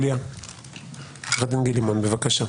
עו"ד גיל לימון, בבקשה.